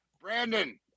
Brandon